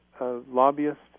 lobbyists